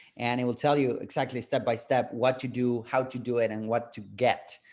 and it will tell you exactly step by step what to do, how to do it and what to get,